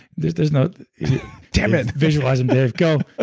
there's there's no damn it visualizing, dave. go.